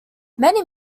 many